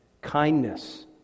kindness